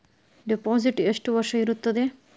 Deposit ಎಷ್ಟು ವರ್ಷ ಇರುತ್ತದೆ?